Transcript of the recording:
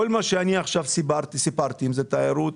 כל מה שאני עכשיו סיפרתי עליו תיירות,